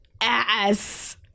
ass